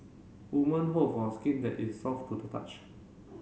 women hope for a skin that is soft to the touch